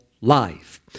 life